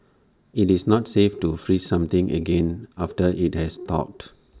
IT is not safe to freeze something again after IT has thawed